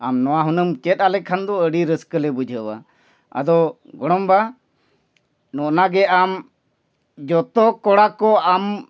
ᱟᱢ ᱱᱚᱣᱟ ᱦᱩᱱᱟᱹᱝ ᱪᱮᱫ ᱟᱞᱮ ᱠᱷᱟᱱ ᱫᱚ ᱟᱹᱰᱤ ᱨᱟᱹᱥᱠᱟᱹ ᱞᱮ ᱵᱩᱡᱷᱟᱹᱣᱟ ᱟᱫᱚ ᱜᱚᱲᱚᱢᱵᱟ ᱱᱚᱜᱼᱚ ᱱᱚᱣᱟᱜᱮ ᱟᱢ ᱡᱚᱛᱚ ᱠᱚᱲᱟ ᱠᱚ ᱟᱢ